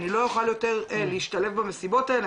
אני לא יוכל יותר להשתלב במסיבות האלה,